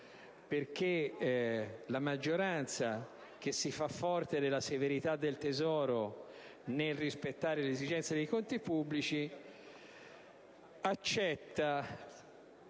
perché la maggioranza, che si fa forte della severità del Tesoro nel rispettare l'esigenza dei conti pubblici, accetta